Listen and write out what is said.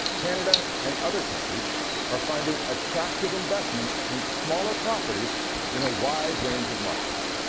canada, and other countries are finding attractive investments in smaller properties in a wide range of markets,